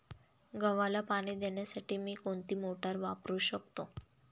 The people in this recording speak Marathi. गव्हाला पाणी देण्यासाठी मी कोणती मोटार वापरू शकतो?